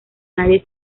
nadie